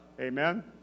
Amen